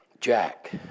Jack